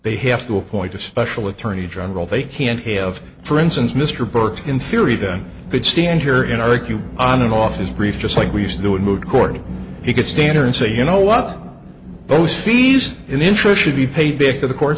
they have to appoint a special attorney general they can't have for instance mr burke in theory then could stand here in argue on and off his briefs just like we used to do in mood court he could stand here and say you know what those fees in interest should be paid back to the court